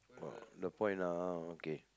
oh the point lah okay